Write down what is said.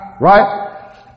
right